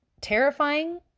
terrifying